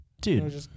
Dude